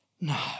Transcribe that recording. No